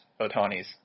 Otani's